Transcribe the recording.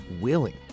willing